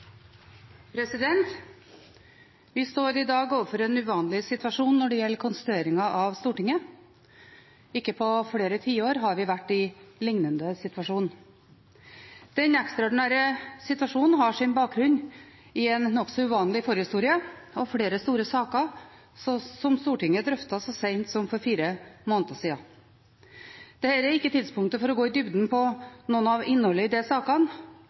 Vi står i dag overfor en uvanlig situasjon når det gjelder konstitueringen av Stortinget. Ikke på flere tiår har vi vært i en lignende situasjon. Den ekstraordinære situasjonen har sin bakgrunn i en nokså uvanlig forhistorie og flere store saker som Stortinget drøftet så sent som for fire måneder siden. Dette er ikke tidspunktet for å gå i dybden på noe av innholdet i disse sakene.